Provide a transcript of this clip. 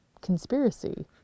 conspiracy